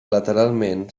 lateralment